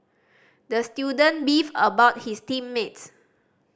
the student beefed about his team mates